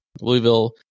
Louisville